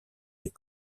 des